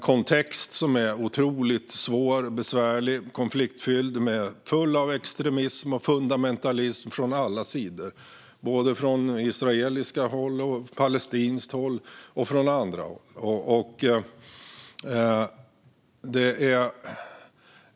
Kontexten är otroligt besvärlig och konfliktfylld, och den är full av extremism och fundamentalism från alla sidor - både från israeliskt och palestinskt håll och från andra håll.